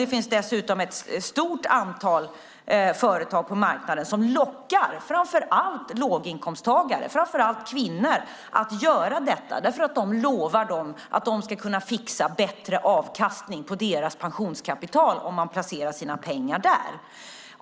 Det finns dessutom ett stort antal företag på marknaden som lockar framför allt låginkomsttagare och kvinnor att göra detta. Företagen lovar att fixa bättre avkastning på pensionskapitalet om man placerar sina pengar hos dem.